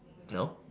no